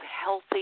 healthy